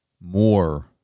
more